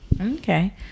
okay